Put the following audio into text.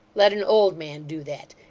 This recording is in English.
let an old man do that.